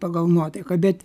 pagal nuotaiką bet